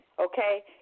Okay